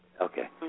Okay